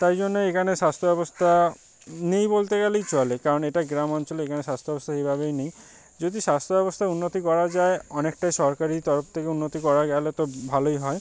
তাই জন্য এইখানে স্বাস্থ্য ব্যবস্থা নেই বলতে গেলেই চলে কারণ এটা গ্রাম অঞ্চল এখানে স্বাস্থ্য ব্যবস্থা এইভাবেই নেই যদি স্বাস্থ্য ব্যবস্থার উন্নতি করা যায় অনেকটা সরকারি তরফ থেকে উন্নতি করা গেলে তো ভালোই হয়